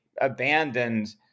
abandoned